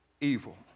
evil